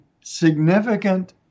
significant